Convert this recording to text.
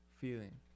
feeling